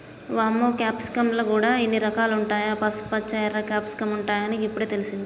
వామ్మో క్యాప్సికమ్ ల గూడా ఇన్ని రకాలుంటాయా, పసుపుపచ్చ, ఎర్ర క్యాప్సికమ్ ఉంటాయని ఇప్పుడే తెలిసింది